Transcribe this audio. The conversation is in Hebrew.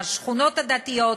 מהשכונות הדתיות,